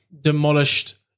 demolished